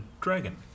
dragon